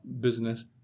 business